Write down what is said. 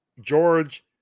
George